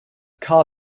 car